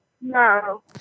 No